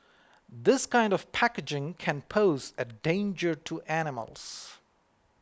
this kind of packaging can pose a danger to animals